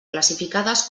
classificades